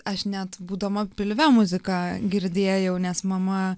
aš net būdama pilve muziką girdėjau nes mama